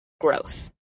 growth